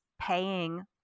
paying